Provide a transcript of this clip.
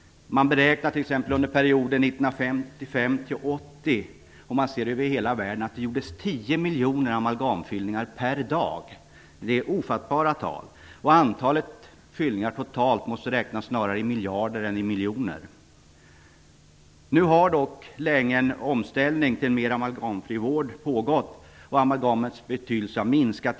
Man beräknar t.ex. att det i hela världen gjordes 10 miljoner amalgamfyllningar per dag under perioden 1955--1980. Det är ofattbara tal, och antalet fyllningar totalt måste snarare räknas i miljarder än i miljoner. En omställning till en mer amalgamfri vård har länge pågått. Amalgamets betydelse har minskat.